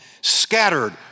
scattered